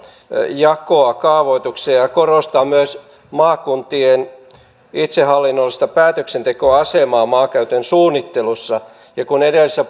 jakoa kaavoituksia ja korostaa myös maakuntien itsehallinnollista päätöksentekoasemaa maankäytön suunnittelussa ja kun edellisessä